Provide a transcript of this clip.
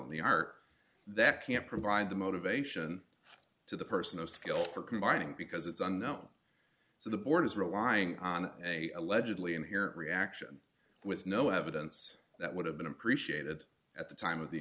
in the r that can't provide the motivation to the person of skill for combining because it's unknown so the board is relying on a allegedly in here reaction with no evidence that would have been appreciated at the time of the